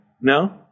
No